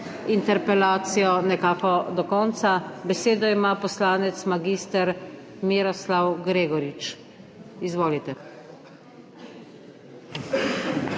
interpelacijo nekako do konca. Besedo ima poslanec mag. Miroslav Gregorič. Izvolite.